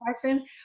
question